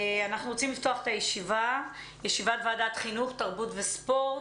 אני פותחת את ישיבת ועדת החינוך, התרבות והספורט,